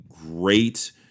great